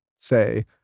say